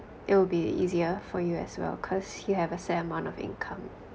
it'll be easier for you as well cause you have a set amount of income